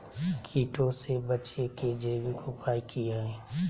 कीटों से बचे के जैविक उपाय की हैय?